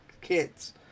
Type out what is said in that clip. kids